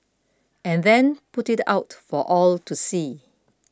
and then put it out for all to see